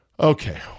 Okay